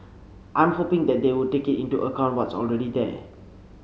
I'm hoping that they would take into account what's already there